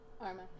Arma